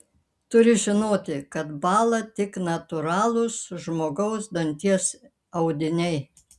turi žinoti kad bąla tik natūralūs žmogaus danties audiniai